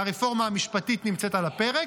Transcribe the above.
והרפורמה המשפטית נמצאת על הפרק.